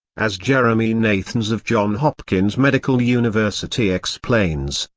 as jeremy nathans of john hopkins medical university explains,